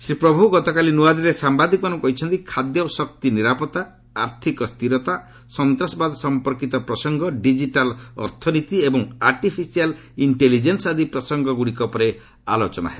ଶ୍ରୀ ପ୍ରଭୁ ଗତକାଲି ନୂଆଦିଲ୍ଲୀରେ ସାମ୍ବାଦିକମାନଙ୍କୁ କହିଛନ୍ତି ଖାଦ୍ୟ ଓ ଶକ୍ତି ନିରାପତ୍ତା ଆର୍ଥକ ସ୍ଥିରତା ସନ୍ତାସବାଦ ସମ୍ପର୍କିତ ପ୍ରସଙ୍ଗ ଡିଜିଟାଲ୍ ଅର୍ଥନୀତି ଏବଂ ଆର୍ଟିଫିସିଆଲ୍ ଇକ୍ଷେଲିଜେନ୍ସ୍ ଆଦି ପ୍ରସଙ୍ଗଗୁଡ଼ିକ ଉପରେ ଆଲୋଚନା ହେବ